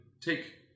take